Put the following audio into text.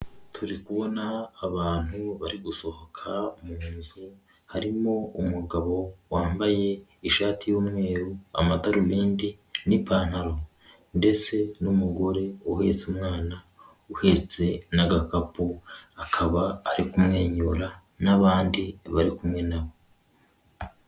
Turi kubona abantu bari gusohoka mu nzu, harimo umugabo wambaye ishati y'umweru, amadarubindi n'ipantaro ndetse n'umugore uhetse umwana, uhetse n'agakapu, akaba ari kumwenyura n'abandi bari kumwe na we.